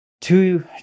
two